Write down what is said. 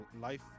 life